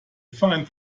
fine